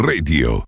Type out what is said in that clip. Radio